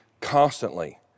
constantly